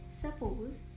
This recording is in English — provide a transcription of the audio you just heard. Suppose